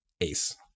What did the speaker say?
ace